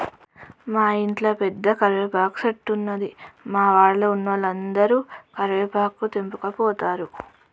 మా ఇంట్ల పెద్ద కరివేపాకు చెట్టున్నది, మా వాడల ఉన్నోలందరు కరివేపాకు తెంపకపోతారు